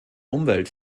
umwelt